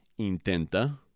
intenta